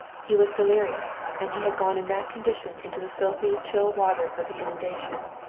he was delirious, and he had gone in that condition into the filthy chill waters of the inundation.